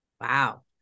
Wow